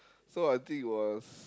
so I think it was